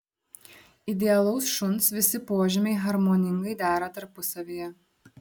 idealaus šuns visi požymiai harmoningai dera tarpusavyje